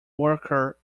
worker